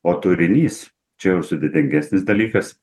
o turinys čia jau sudėtingesnis dalykas